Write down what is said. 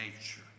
nature